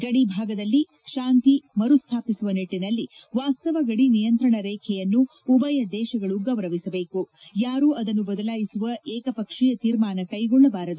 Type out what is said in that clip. ಗಡಿಭಾಗದಲ್ಲಿ ಶಾಂತಿ ಮರುಸ್ಥಾಪಿಸುವ ನಿಟ್ಟಿನಲ್ಲಿ ವಾಸ್ತವ ಗದಿ ನಿಯಂತ್ರಣ ರೇಖೆಯನ್ನು ಉಭಯ ದೇಶಗಳು ಗೌರವಿಸಬೇಕು ಯಾರೂ ಅದನ್ನು ಬದಲಾಯಿಸುವ ಏಕಪಕ್ಷೀಯ ತೀರ್ಮಾನ ಕ್ಷೆಗೊಳ್ಳಬಾರದು